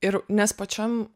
ir nes pačiam